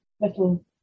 little